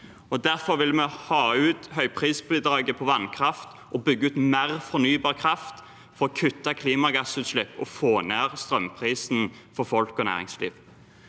Derfor vil vi ha ut høyprisbidraget på vannkraft og bygge ut mer fornybar kraft for å kutte klimagassutslipp og få ned strømprisen for folk og næringsliv.